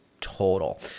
total